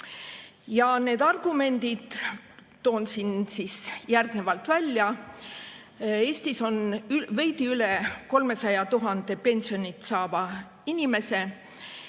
Valitsuse argumendid toongi järgnevalt välja. Eestis on veidi üle 300 000 pensioni saava inimese.